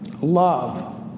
love